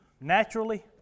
naturally